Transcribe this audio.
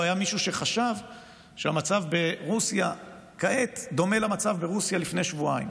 לא היה מישהו שחשב שהמצב ברוסיה כעת דומה למצב ברוסיה לפני שבועיים,